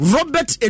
Robert